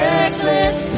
Reckless